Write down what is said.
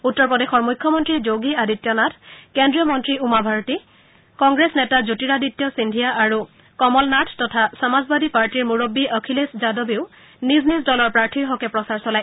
উত্তৰ প্ৰদেশৰ মুখ্যমন্তী যোগী আদিত্যনাথ কেন্দ্ৰীয় মন্তী উমা ভাৰতী কংগ্ৰেছ নেতা জ্যোতিৰাদিত্য সিদ্ধিয়া আৰু কমল নাথ তথা সমাজবাদী পাৰ্টিৰ মুৰববী অখিলেশ যাদবেও নিজ নিজ দলৰ প্ৰাৰ্থীৰ হকে প্ৰচাৰ চলায়